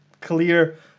clear